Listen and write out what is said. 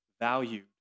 valued